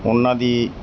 ਉਹਨਾਂ ਦੀ